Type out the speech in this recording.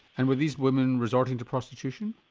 and were these women resorting to prostitution?